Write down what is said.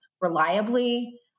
reliably